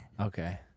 Okay